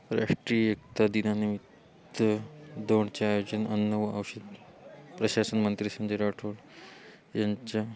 राष्ट्रीय एकता दिनानिमित्त दौंडचे आयोजन अन्न व औषध प्रशासन मंत्री संजय राठोड यांच्या